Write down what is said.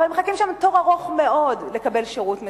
אבל מחכים שם בתור ארוך מאוד לקבל שירות מסוים,